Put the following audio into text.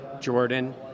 jordan